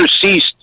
ceased